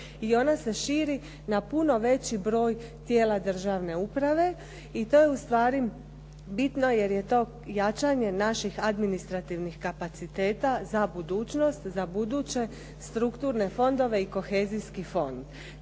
i ona se širi na puno veći broj tijela državne uprave i to je ustvari bitno jer je to jačanje naših administrativnih kapaciteta za budućnost, za buduće strukturne fondove i kohezijski fond.